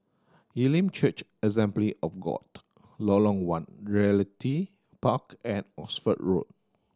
Elim Church Assembly of God Lorong One Realty Park and Oxford Road